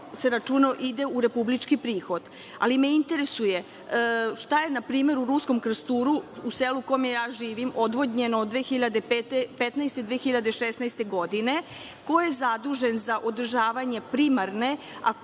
ide u republički prihod. Ali, interesuje me šta je npr. u Ruskom Krsturu, u selu u kome ja živim, odvodnjeno od 2015. do 2016. godine? Ko je zadužen za održavanje primarne,